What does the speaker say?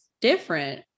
different